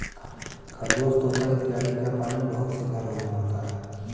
खरगोश तोता इत्यादि का पालन बहुत से घरों में होता है